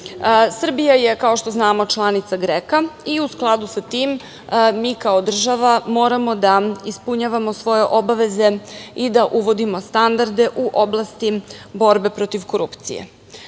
izmene. Srbija je, kao što znamo, članica GREKA i u skladu sa tim mi kao država moramo da ispunjavamo svoje obaveze i da uvodimo standarde u oblasti borbe protiv korupcije.